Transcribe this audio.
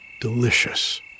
delicious